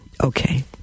okay